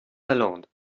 lalande